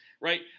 right